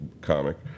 comic